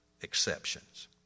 exceptions